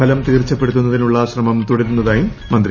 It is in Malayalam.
ഫലം തീർച്ചപ്പെടുത്താനുള്ള ശ്രമം തുടരുന്നതായും മന്ത്രി